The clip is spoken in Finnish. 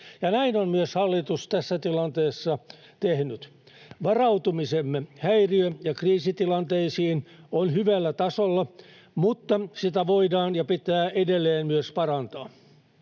Näin on myös hallitus tässä tilanteessa tehnyt. Varautumisemme häiriö- ja kriisitilanteisiin on hyvällä tasolla, mutta sitä voidaan ja pitää edelleen myös parantaa.